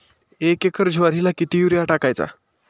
एक एकर ज्वारीला किती युरिया टाकायचा?